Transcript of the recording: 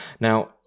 Now